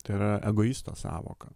tai yra egoisto sąvoka